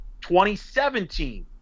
2017